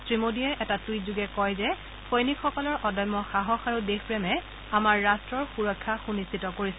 শ্ৰীমোদীয়ে এটা টুইটযোগে কয় যে সৈনিকসকলৰ অদম্য সাহস আৰু দেশপ্ৰেমে আমাৰ ৰট্টৰ সুৰক্ষা সুনিশ্চিত কৰিছে